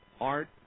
Art